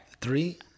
Three